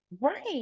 right